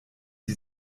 die